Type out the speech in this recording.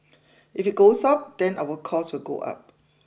if it goes up then our cost will go up